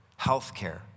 healthcare